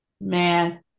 Man